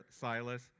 Silas